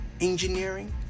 engineering